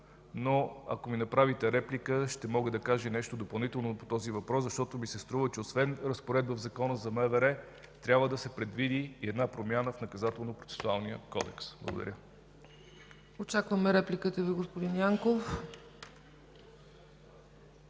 но ако ми направите реплика, ще мога да кажа нещо допълнително по въпроса, защото ми се струва, че освен разпоредба в Закона за МВР, трябва да се предвиди и промяна в Наказателнопроцесуалния кодекс. Благодаря. ПРЕДСЕДАТЕЛ ЦЕЦКА ЦАЧЕВА: Очакваме репликата Ви, господин Янков.